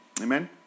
Amen